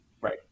Right